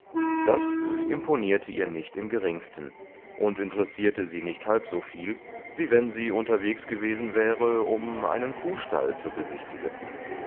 das imponierte ihr nicht im geringsten und interessierte sie nicht halb so viel wie wenn sie unterwegs gewesen wäre um einen kuhstall zu besichtigen